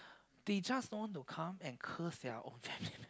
they just don't want to come and curse their own family lah